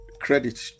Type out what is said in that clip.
credit